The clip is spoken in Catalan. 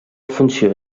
funció